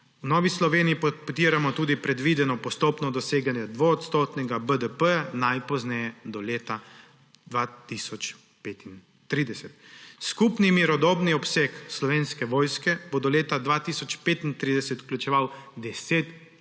V Novi Sloveniji podpiramo tudi predvideno postopno doseganje 2-odstotnega BDP najpozneje do leta 2035. Skupni mirnodobni obseg Slovenske vojske bo do leta 2035 vključeval 10 tisoč